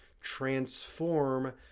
transform